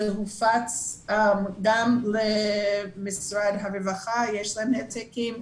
זה הופץ גם למשרד הרווחה שיש להם העתקים.